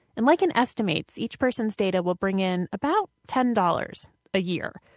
enliken estimates each person's data will bring in about ten dollars a year,